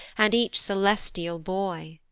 and each celestial boy.